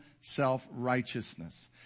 self-righteousness